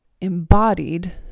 embodied